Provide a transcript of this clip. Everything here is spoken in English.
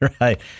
Right